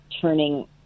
turning